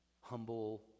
humble